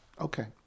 Okay